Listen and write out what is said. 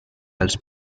els